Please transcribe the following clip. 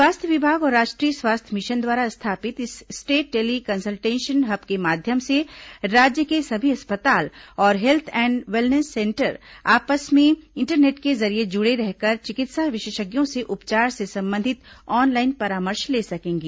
स्वास्थ्य विभाग और राष्ट्रीय स्वास्थ्य मिशन द्वारा स्थापित इस स्टेट टेली कंसल्टेशन हब के माध्यम से राज्य के सभी अस्पताल और हेल्थ एंड वेलनेंस सेंटर आपस में इंटरनेट के जरिये जुड़े रहकर चिकित्सा विशेषज्ञों से उपचार से संबंधित ऑनलाइन परामर्श ले सकेंगे